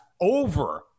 over